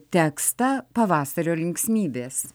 tekstą pavasario linksmybės